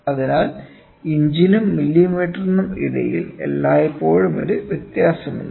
അതിനാൽ ഇഞ്ചിനും മില്ലിമീറ്ററിനും ഇടയിൽ എല്ലായ്പ്പോഴും ഒരു വ്യത്യാസമുണ്ട്